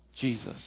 Jesus